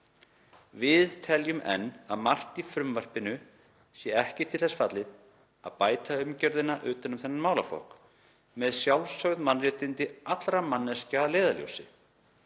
Við teljum enn að margt í frumvarpinu sé ekki til þess fallið að bæta umgjörðina utan um þennan málaflokk með sjálfsögð mannréttindi allra manneskja að leiðarljósi.